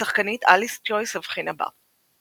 השחקנית אליס ג'ויס הבחינה בה.